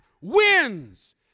wins